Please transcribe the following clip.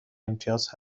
امتیاز